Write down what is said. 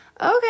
Okay